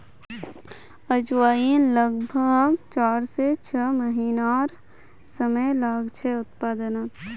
अजवाईन लग्ब्भाग चार से छः महिनार समय लागछे उत्पादनोत